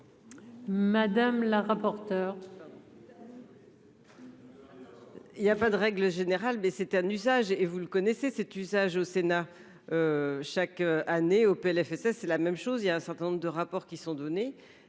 Madame la rapporteure.